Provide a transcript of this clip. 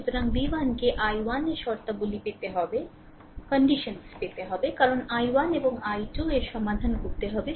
সুতরাং v1 কে i1 এর শর্তাবলী পেতে হবে কারণ i1 এবং i2 এর সমাধান করতে হবে